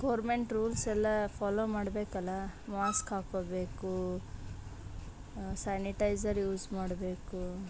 government rules ಎಲ್ಲ follow ಮಾಡ್ಬೇಕಲ್ಲ mask ಹಾಕ್ಕೊಬೇಕು ಸ್ಯಾನಿಟೈಸರ್ ಯೂಸ್ ಮಾಡಬೇಕು